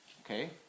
okay